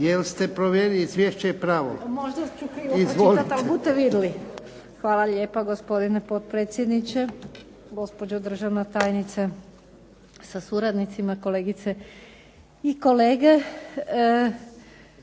Izvolite. **Lovrin, Ana (HDZ)** Možda ću krivo pročitat al bute vidjeli. Hvala lijepa, gospodine potpredsjedniče. Gospođo državna tajnice sa suradnicima, kolegice i kolege.